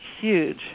huge